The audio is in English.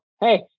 hey